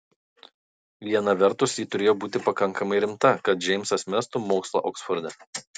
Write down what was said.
viena vertus ji turėjo būti pakankamai rimta kad džeimsas mestų mokslą oksforde